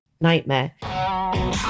nightmare